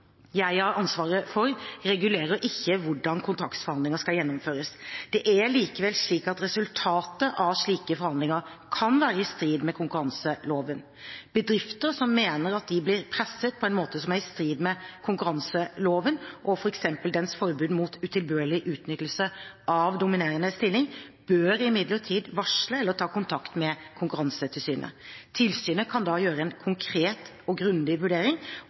jeg har ansvaret for, regulerer ikke hvordan kontraktsforhandlinger skal gjennomføres. Det er likevel slik at resultatet av slike forhandlinger kan være i strid med konkurranseloven. Bedrifter som mener at de blir presset på en måte som er i strid med konkurranseloven og f.eks. dens forbud mot utilbørlig utnyttelse av dominerende stilling, bør imidlertid varsle eller ta kontakt med Konkurransetilsynet. Tilsynet kan da gjøre en konkret og grundig vurdering